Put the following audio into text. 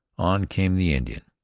on came the indian,